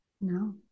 No